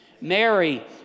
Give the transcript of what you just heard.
Mary